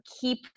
keep